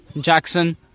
Jackson